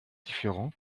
différents